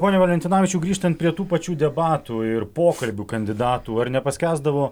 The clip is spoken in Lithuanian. pone valentinavičiau grįžtant prie tų pačių debatų ir pokalbių kandidatų ar nepaskęsdavo